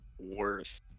worth